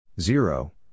zero